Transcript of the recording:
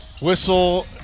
Whistle